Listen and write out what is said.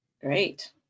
Great